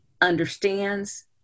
understands